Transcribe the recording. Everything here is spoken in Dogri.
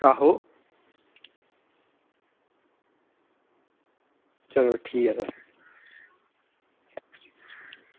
आहो चलो ठीक ऐ सर